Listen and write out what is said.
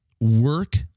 work